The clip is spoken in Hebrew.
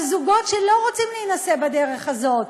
אבל זוגות שלא רוצים להינשא בדרך הזאת,